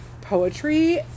poetry